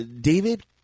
David